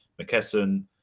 McKesson